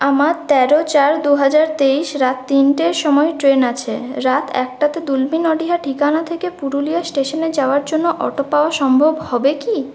আমার তেরো চার দুহাজার তেইশ রাত তিনটের সময় ট্রেন আছে রাত একটাতে নডিহা ঠিকানা থেকে পুরুলিয়া স্টেশনে যাওয়ার জন্য অটো পাওয়া সম্ভব হবে কি